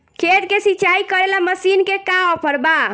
खेत के सिंचाई करेला मशीन के का ऑफर बा?